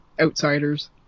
outsiders